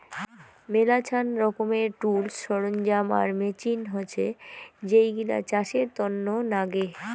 মেলাছান রকমের টুলস, সরঞ্জাম আর মেচিন হসে যেইগিলা চাষের তন্ন নাগে